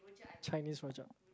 Chinese rojak